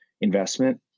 investment